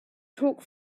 talk